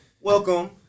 welcome